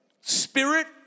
spirit